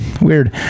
Weird